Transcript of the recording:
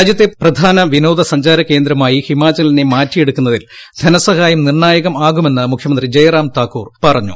രാജ്യത്തെ പ്രധാന വിനോദ സഞ്ചാരകേന്ദ്രമായി ഹിമാചലിനെ മാറ്റിയെടുക്കുന്നതിൽ ധനസഹായം നിർണ്ണായകമാകുമെന്ന് മുഖ്യമന്ത്രി ജയ്റാം താക്കൂർ പറഞ്ഞു